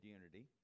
unity